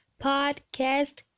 podcast